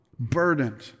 burdened